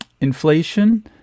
inflation